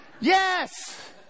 Yes